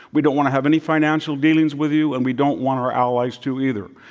we don't want to have any financial dealings with you, and we don't want our allies to, either.